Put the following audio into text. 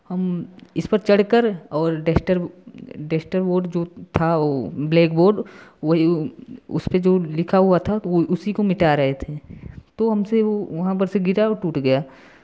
हम इस पर चढ़कर और डस्टर डस्टरबोर्ड जो था वो ब्लैक बोर्ड वही उस पर जो लिखा हुआ था तो वो उसी को मिटा रहे थे तो हम से वो वहाँ पर से गिरा और टूट गया